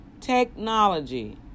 technology